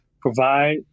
provide